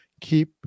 Keep